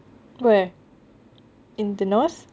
where in the north